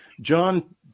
John